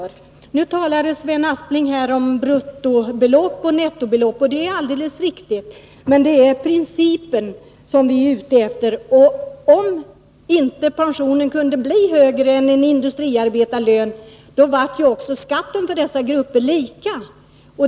Sven Aspling talade om bruttobelopp och nettobelopp och sade att skillnaderna inte blir så stora. Det är alldeles riktigt, men det är principen som vi är ute efter. Om pensionen inte kan bli högre än en industriarbetarlön, blir skatten för dessa grupper lika.